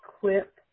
clip